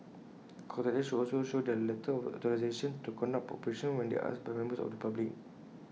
contractors should also show their letter of authorisation to conduct operations when asked by members of the public